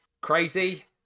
crazy